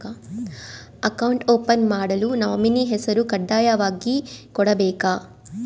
Account open ಮಾಡಲು nominee ಹೆಸರು ಕಡ್ಡಾಯವಾಗಿ ಕೊಡಬೇಕಾ?